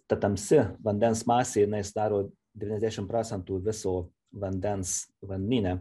ta tamsi vandens masė jinai sudaro devyniasdešim procentų viso vandens vandenyne